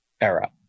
era